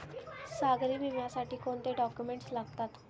सागरी विम्यासाठी कोणते डॉक्युमेंट्स लागतात?